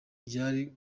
byari